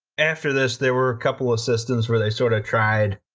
after this there were a couple of systems where they sort of tried,